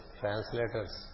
translators